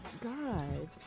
God